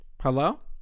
Hello